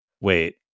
wait